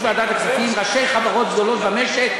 ועדת הכספים עם ראשי חברות גדולות במשק,